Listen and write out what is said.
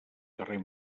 carrer